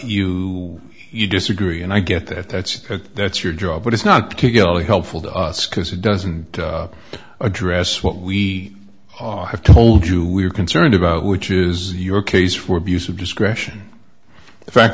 you you disagree and i get that that's that's your job but it's not particularly helpful to us because it doesn't address what we have told you we are concerned about which is your case for abuse of discretion the fact